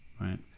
Right